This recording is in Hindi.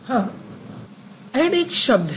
हाँ ऐड एक शब्द है